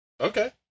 Okay